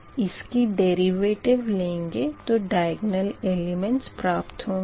इसकी डेरिवेटिव लेंगे तो द्य्ग्न्ल एलिमेंट्स प्राप्त होंगे